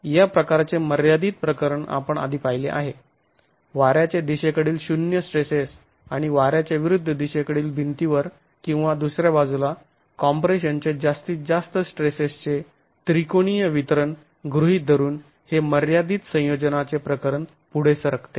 या प्रकारचे मर्यादित प्रकरण आपण आधी पाहिले आहे वाऱ्याच्या दिशेकडील शून्य स्ट्रेसेस आणि वाऱ्याच्या विरुद्ध दिशेकडील भिंतीवर किंवा दुसऱ्या बाजूला कॉम्प्रेशनचे जास्तीत जास्त स्ट्रेसेसचे त्रिकोणीय वितरण गृहीत धरून हे मर्यादित संयोजनाचे प्रकरण पुढे सरकते